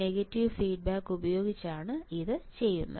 negative feedback ഉപയോഗിച്ചാണ് ഇത് ചെയ്യുന്നത്